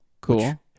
Cool